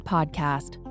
Podcast